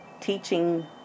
teaching